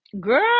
girl